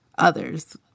Others